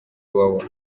iwawa